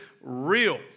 real